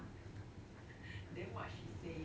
then what she say